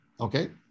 Okay